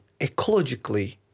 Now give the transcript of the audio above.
ecologically